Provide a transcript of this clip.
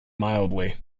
mildly